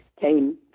came